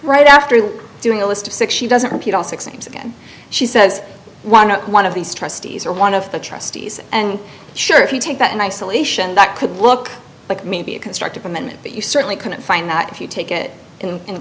right after doing a list of six she doesn't repeat all six names again she says why not one of these trustees or one of the trustees and sure if you take that in isolation that could look like maybe a constructive amendment but you certainly couldn't find that if you take it in